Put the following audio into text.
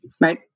right